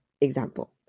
example